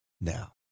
Now